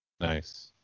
nice